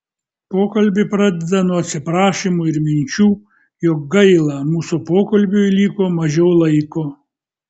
pokalbį pradeda nuo atsiprašymų ir minčių jog gaila mūsų pokalbiui liko mažiau laiko